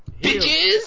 bitches